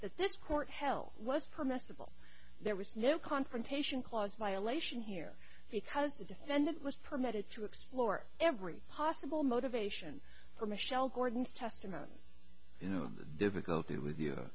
this court hell was permissible there was no confrontation clause violation here because the defendant was permitted to explore every possible motivation for michele gordon testimony you know the difficulty with